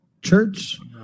Church